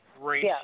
great